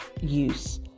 use